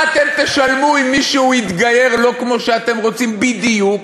מה אתם תשלמו אם מישהו יתגייר לא כמו שאתם רוצים בדיוק?